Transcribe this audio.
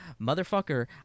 motherfucker